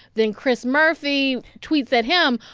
then chris murphy tweets at him,